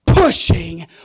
Pushing